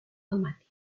tomate